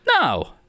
No